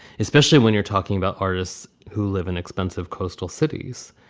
especially when you're talking about artists who live in expensive coastal cities.